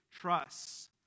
trusts